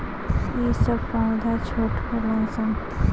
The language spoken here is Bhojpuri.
ई सब पौधा छोट होलन सन